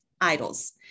idols